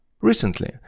Recently